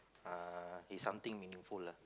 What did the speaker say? uh is something meaningful lah